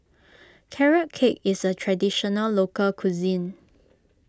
Carrot Cake is a Traditional Local Cuisine